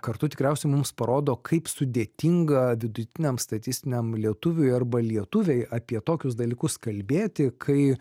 kartu tikriausiai mums parodo kaip sudėtinga vidutiniam statistiniam lietuviui arba lietuvei apie tokius dalykus kalbėti kai